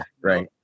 right